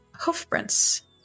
hoofprints